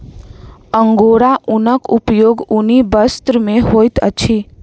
angora ऊनक उपयोग ऊनी वस्त्र में होइत अछि